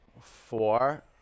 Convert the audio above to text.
four